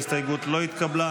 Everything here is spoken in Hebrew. ההסתייגות לא התקבלה.